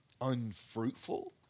unfruitful